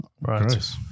right